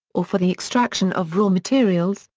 or for the extraction of raw materials,